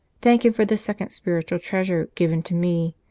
thank him for this second spiritual treasure given to me,